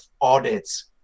audits